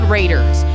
Raiders